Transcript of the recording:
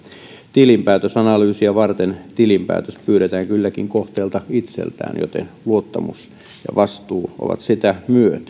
tilinpäätösanalyysia varten tilinpäätös pyydetään kylläkin kohteelta itseltään joten luottamus ja vastuu ovat sitä myöten